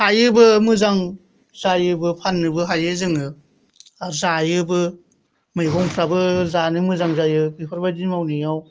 हायोबो मोजां जायोबो फाननोबो हायो जोङो आरो जायोबो मैगंफ्राबो जानो मोजां जायो बेफोरबायदि मावनायाव